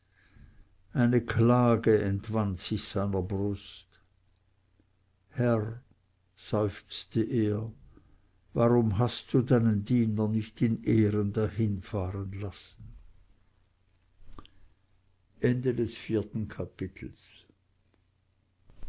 eine klage entwand sich seiner brust herr seufzte er warum hast du deinen diener nicht in ehren dahinfahren lassen